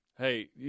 Hey